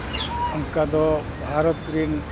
ᱚᱱᱠᱟ ᱫᱚ ᱵᱷᱟᱨᱚᱛ ᱨᱮᱱ